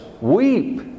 weep